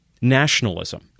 nationalism